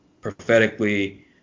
prophetically